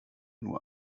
nur